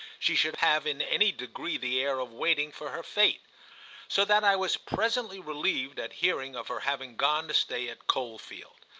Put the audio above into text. she should have in any degree the air of waiting for her fate so that i was presently relieved at hearing of her having gone to stay at coldfield.